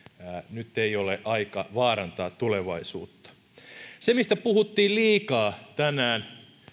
nyt ei ole aika vaarantaa tulevaisuutta se mistä puhuttiin liikaa tänään